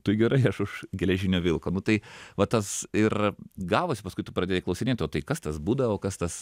tai gerai aš už geležinio vilko nu tai va tas ir gavosi paskui tu pradedi klausinėt o tai kas tas buda o kas tas